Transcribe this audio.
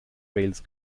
wales